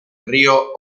río